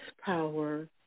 power